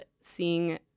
seeing